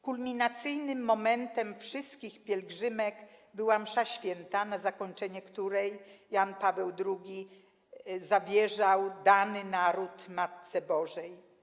Kulminacyjnym momentem wszystkich pielgrzymek była msza św., na zakończenie której Jan Paweł II zawierzał dany naród Matce Bożej.